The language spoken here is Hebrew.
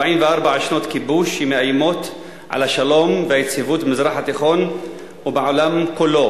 44 שנות כיבוש שמאיימות על השלום והיציבות במזרח התיכון ובעולם כולו,